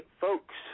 folks